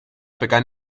begann